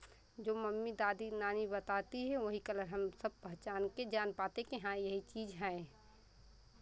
जो मम्मी दादी नानी बताती है वही कलर हम सब पहचान के जान पाते की हाँ यही चीज़ है